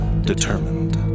determined